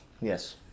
yes